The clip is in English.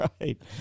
right